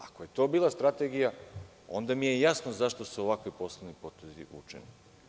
Ako je to bila strategija, onda mi je jasno zašto su ovakvi poslovni potezi vučeni.